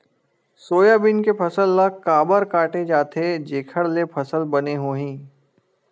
Soybean के फसल ल काबर काटे जाथे जेखर ले फसल बने होही?